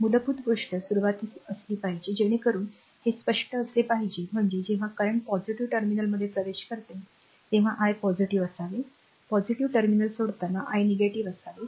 मूलभूत गोष्ट सुरुवातीस असली पाहिजे जेणेकरून ते स्पष्ट असले पाहिजे म्हणजे जेव्हा current पॉझिटिव्ह टर्मिनलमध्ये प्रवेश करते तेव्हा I पॉझिटिव्ह असावे पॉझिटिव्ह टर्मिनल सोडताना I negative नकारात्मक असावे